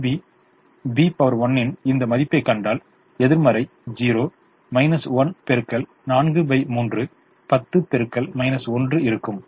CB B 1 ன் இந்த மதிப்பைக் கண்டால் எதிர்மறை 0 9 x 43 இருக்கும்